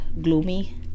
gloomy